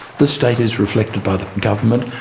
the state is reflected by the government,